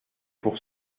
pour